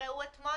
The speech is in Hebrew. תגיש הסתייגות.